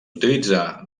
utilitzar